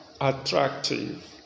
attractive